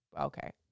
Okay